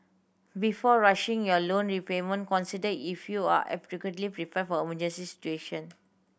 before rushing your loan repayment consider if you are adequately prepared for emergency situation